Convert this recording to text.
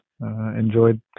enjoyed